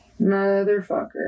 Motherfucker